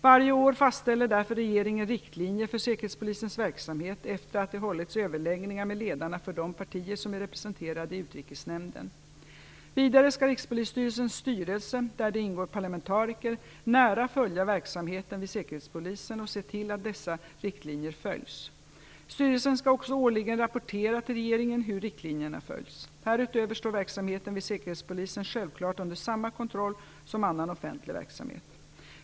Varje år fastställer därför regeringen riktlinjer för säkerhetspolisens verksamhet, efter det att överläggningar med ledarna för de partier som är representerade i Utrikesnämnden hållits. Vidare skall Rikspolisstyrelsens styrelse, där det ingår parlamentariker, nära följa verksamheten vid säkerhetspolisen och se till dessa riktlinjer följs. Styrelsen skall också årligen rapportera till regeringen hur riktlinjerna följs. Härutöver står verksamheten vid säkerhetspolisen självklart under samma kontroll som annan offentlig verksamhet.